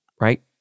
right